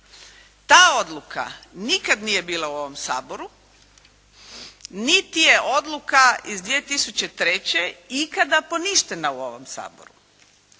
Ta odluka nikada nije bila u ovom Saboru niti je odluka iz 2003. ikada poništena u ovom Saboru.